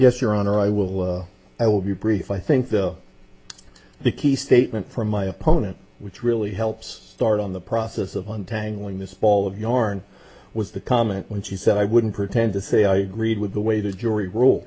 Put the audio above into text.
yes your honor i will i will be brief i think the key statement from my opponent which really helps start on the process of untangling this ball of yarn was the comment when she said i wouldn't pretend to say i agreed with the way the jury ru